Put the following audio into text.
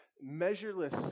measureless